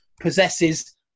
possesses